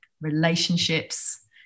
relationships